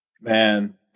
Man